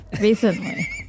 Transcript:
recently